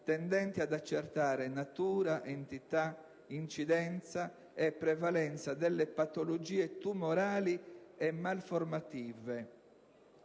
tendente ad accertare natura, entità, incidenza e prevalenza delle patologie tumorali e malformative